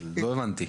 לא הבנתי.